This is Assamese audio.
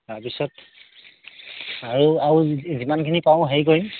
তাৰ পিছত আৰু আৰু যিমানখিনি পাৰোঁ হেৰি কৰিম